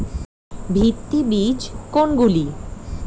ভিত্তি বীজ কোনগুলি?